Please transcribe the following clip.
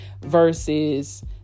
versus